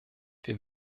wir